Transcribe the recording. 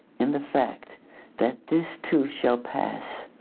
in the fact that this too shall pass.